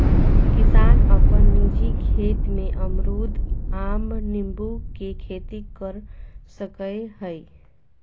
किसान अपन निजी खेत में अमरूद, आम, नींबू के खेती कर सकय हइ